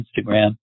Instagram